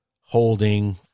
holding